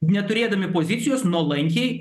neturėdami pozicijos nuolankiai